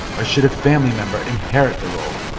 or should a family member inherit the role?